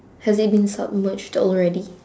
has it been submerged already